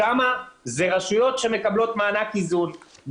שם זה רשויות שמקבלות מענק איזון.